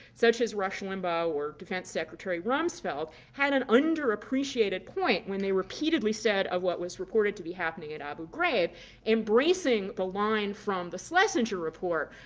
such as rush limbaugh or defense secretary rumsfeld, had an underappreciated point when they repeatedly said of what was reported to be happening at abu ghraib embracing the line from the schlesinger report,